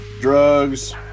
drugs